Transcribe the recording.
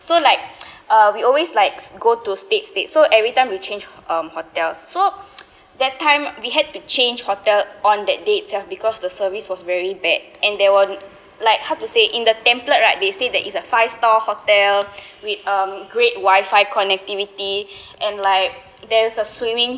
so like uh we always likes go to state state so every time we change um hotel so that time we had to change hotel on that day itself because the service was very bad and they were like how to say in the template right they say that it's a five star hotel with um great wifi connectivity and like there's a swimming